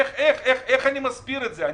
איך אני מסביר את זה.